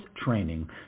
training